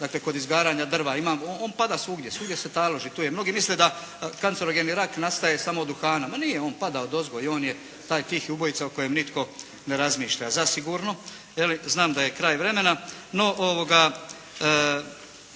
dakle kod izgaranja drva, on pada svugdje, svugdje se taloži. Mnogi misle da kancerogeni rak nastaje samo od duhana, ma nije on pada odozgo i on je taj tihi ubojica o kojem nitko ne razmišlja zasigurno. Znam da je kraj vremena. No, kako